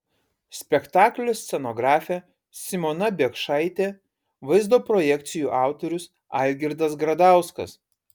spektaklio scenografė simona biekšaitė vaizdo projekcijų autorius algirdas gradauskas